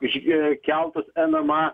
iš e keltus enema